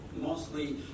mostly